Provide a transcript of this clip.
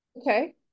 Okay